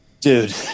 Dude